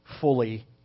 fully